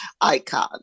icon